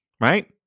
right